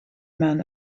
men